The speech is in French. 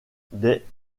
des